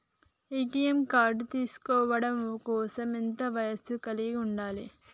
ATM card తీసుకోవడం కోసం ఎంత వయస్సు కలిగి ఉండాలి?